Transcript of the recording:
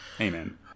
Amen